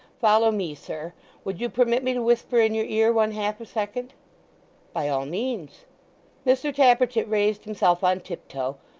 follow me, sir would you permit me to whisper in your ear, one half a second by all means mr tappertit raised himself on tiptoe,